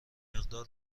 مقدار